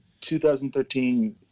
2013